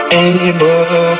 anymore